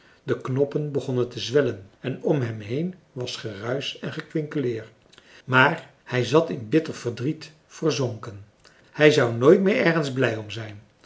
de knoppen begonnen te zwellen en om hem heen was geruisch en gekwinkeleer maar hij zat in bitter verdriet verzonken hij zou nooit meer ergens blij om zijn